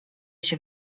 się